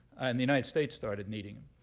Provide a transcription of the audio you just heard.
and the united states started needing em.